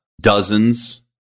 dozens